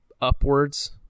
upwards